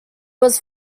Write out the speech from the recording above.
was